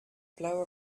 blow